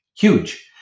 huge